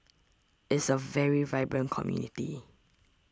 is a very vibrant community